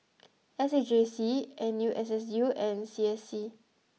S A J C N U S S U and C S C